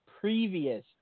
previous